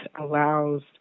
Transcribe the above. allows